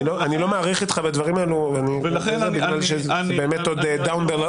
אני לא מאריך איתך בדברים האלה כי זה עוד במעלה הדרך.